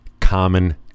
common